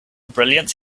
brilliance